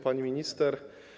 Pani Minister!